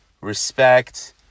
respect